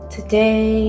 Today